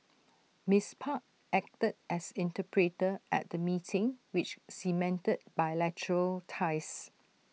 miss park acted as interpreter at the meeting which cemented bilateral ties